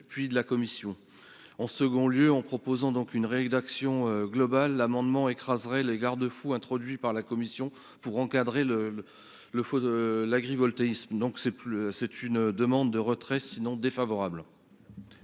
texte de la commission. En second lieu, en proposant une rédaction globale, l'amendement écraserait les garde-fous introduits par la commission pour encadrer l'agrivoltaïsme. Je demande donc son retrait,